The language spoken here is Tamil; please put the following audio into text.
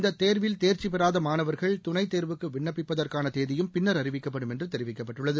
இந்த தேர்வில் தேர்ச்சிபெறாத மாணவர்கள் துணைத் தேர்வுக்கு விண்ணப்பிப்பதற்கான தேதியும் பின்னா் அறிவிக்கப்படும் என்று தெரிவிக்கப்பட்டுள்ளது